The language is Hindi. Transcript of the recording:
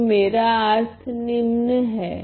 तो मेरा अर्थ निम्न हैं